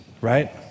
right